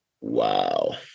Wow